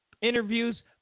interviews